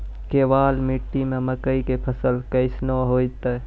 केवाल मिट्टी मे मकई के फ़सल कैसनौ होईतै?